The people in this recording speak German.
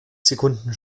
sekunden